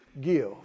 give